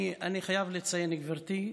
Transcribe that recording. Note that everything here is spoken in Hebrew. אני חייב לציין, גברתי,